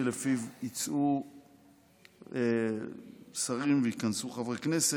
שלפיו יצאו שרים וייכנסו חברי כנסת,